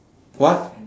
what